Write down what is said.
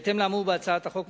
בהתאם לאמור בהצעת החוק,